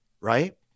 right